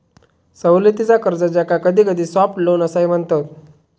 सवलतीचा कर्ज, ज्याका कधीकधी सॉफ्ट लोन असाही म्हणतत